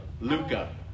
Luca